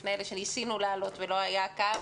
ובפני אלה שניסינו להעלות ולא היה קל.